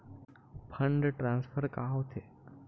Fund transfer का होथे?